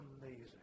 amazing